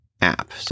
app